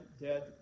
dead